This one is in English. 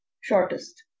shortest